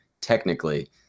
technically